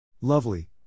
Lovely